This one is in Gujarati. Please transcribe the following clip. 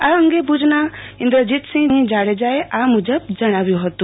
આ અંગે ભુજના ઈન્દ્રજીતસિંહ જુવાનસિંહ જાડેજાએ આ મુજબ જણાવ્યું હતું